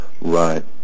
Right